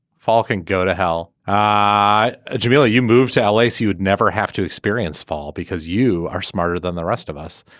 falcon go to hell ah jamila you moved to a place you would never have to experience fall because you are smarter than the rest of us.